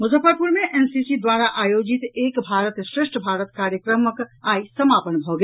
मुजफ्फरपुर मे एनसीसी द्वारा आयोजित एक भारत श्रेष्ठ भारत कार्यक्रमक आई समापन भऽ गेल